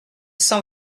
cent